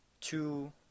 Two